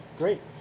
great